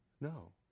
No